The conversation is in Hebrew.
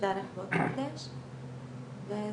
שתיערך בעוד חודש וזהו.